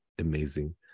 amazing